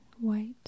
white